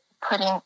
putting